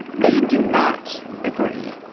they do not agree.